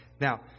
Now